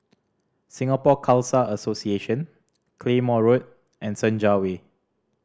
Singapore Khalsa Association Claymore Road and Senja Way